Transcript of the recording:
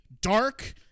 dark